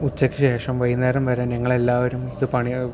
ഉച്ചക്ക് ശേഷം വൈകുന്നേരം വരെ ഞങ്ങൾ എല്ലാവരും ഇത് പണി